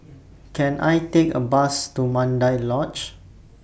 Can I Take A Bus to Mandai Lodge